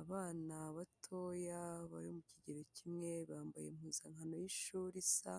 Abana batoya bari mu kigero kimwe bambaye impuzankano y'ishuri isa,